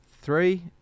three